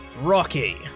rocky